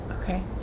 Okay